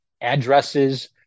addresses